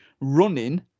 running